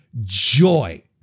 joy